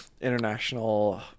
international